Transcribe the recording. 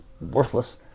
worthless